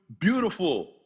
beautiful